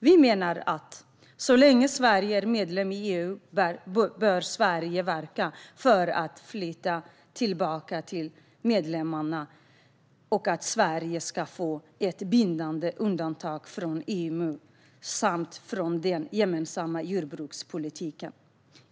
Vi menar att så länge Sverige är medlem i EU bör Sverige verka för att makt flyttas tillbaka till medlemsstaterna och att Sverige ska få ett bindande undantag från EMU samt från den gemensamma jordbrukspolitiken.